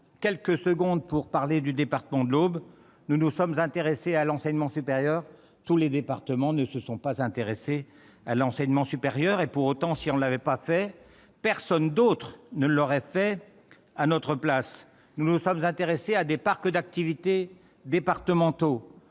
quelques mots sur le département de l'Aube. Nous nous sommes intéressés à l'enseignement supérieur : tous les départements ne se sont pas intéressés à l'enseignement supérieur et, pour autant, si on ne l'avait pas fait, personne d'autre ne l'aurait fait à notre place. Nous nous sommes intéressés à des parcs d'activités départementaux